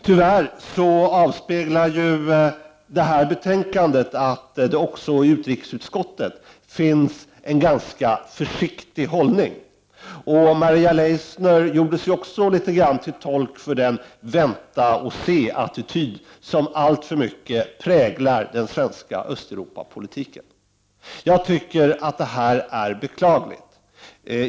Tyvärr avspeglar ju detta betänkande att hållningen även i utrikesutskottet är ganska försiktig. Och Maria Leissner gjorde sig också litet grand till tolk för den vänta-och-se-attityd som alltför mycket präglar den svenska Östeuropapolitiken. Jag tycker att detta är beklagligt.